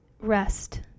rest